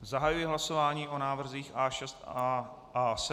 Zahajuji hlasování o návrzích A6 a A7.